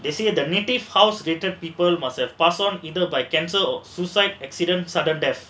they say the native house sedated people must have passed on either by cancer or suicide accident sudden death